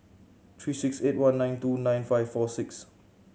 three six eight one nine two nine five four six